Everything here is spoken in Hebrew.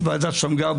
ועדת שמגר,